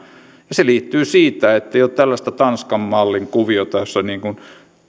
se liittyy siihen että ei ole tällaista tanskan mallin kuviota jossa lähdetään